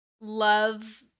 love